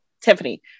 Tiffany